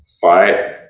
Fight